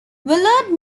willard